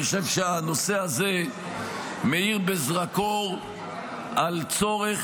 אני חושב שהנושא הזה מאיר בזרקור על צורך